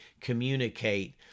communicate